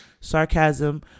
sarcasm